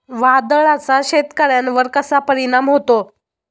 वादळाचा शेतकऱ्यांवर कसा परिणाम होतो?